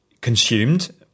consumed